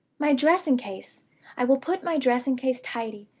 my dressing-case i will put my dressing-case tidy,